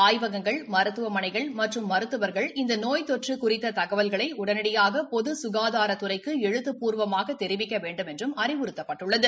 ஆய்வகங்கள் மருத்துவமனைகள் மற்றும் மருத்துவர்கள் இந்த நோய் தொற்று குறித்த தகவல்களை உடனடியாக பொது சுகாதாரத்துறைக்கு எழுத்துப் பூர்வமாக தெரிவிக்க வேண்டுமென்றும் அறிவுறுத்தப்பட்டுள்ளது